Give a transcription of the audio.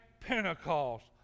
Pentecost